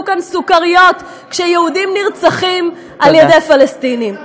כאן סוכריות כשיהודים נרצחים על-ידי פלסטינים.